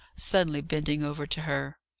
suddenly bending over to her.